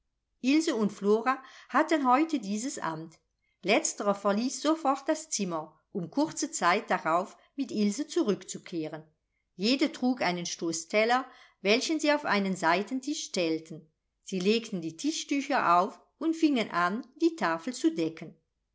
ilse und flora hatten heute dieses amt letztere verließ sofort das zimmer um kurze zeit darauf mit ilse zurückzukehren jede trug einen stoß teller welchen sie auf einen seitentisch stellten sie legten die tischtücher auf und fingen an die tafel zu decken